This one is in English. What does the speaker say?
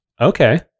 Okay